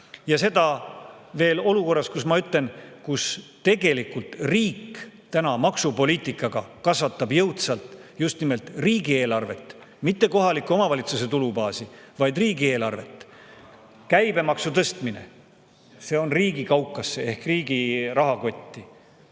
Ja seda veel olukorras, kus riik, nagu ma ütlesin, tegelikult oma maksupoliitikaga kasvatab jõudsalt just nimelt riigieelarvet – mitte kohaliku omavalitsuse tulubaasi, vaid riigieelarvet. Käibemaksu tõstmine – see läheb riigi kaukasse ehk riigi rahakotti.